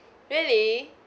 really